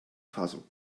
faso